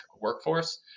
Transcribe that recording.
workforce